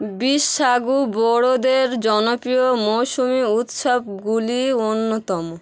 বিসাগু বোরোদের জনপ্রিয় মৌসুমী উৎসবগুলি অন্যতম